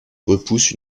repousse